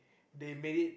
they made it